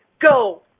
Go